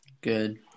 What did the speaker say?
Good